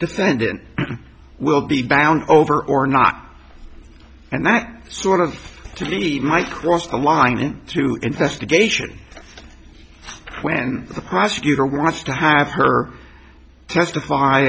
defendant will be bound over or not and that sort of to be my cross the line through investigation when the prosecutor wants to have her testify